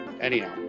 anyhow